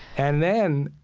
and then,